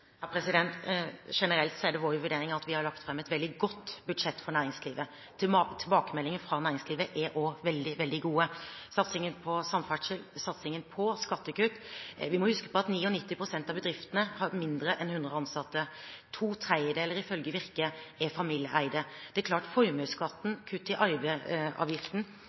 er det vår vurdering at vi har lagt fram et veldig godt budsjett for næringslivet. Tilbakemeldingene fra næringslivet er veldig, veldig gode med hensyn til satsingen på samferdsel og satsingen på skattekutt. Vi må huske på at 99 pst. av bedriftene har mindre enn 100 ansatte. To tredjedeler – ifølge Virke – er familieeide. Det er klart at formuesskatten og kutt i arveavgiften